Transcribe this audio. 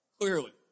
Clearly